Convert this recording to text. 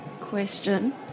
question